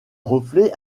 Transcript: reflet